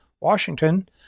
Washington